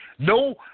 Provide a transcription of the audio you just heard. No